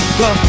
go